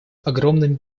огромным